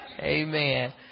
Amen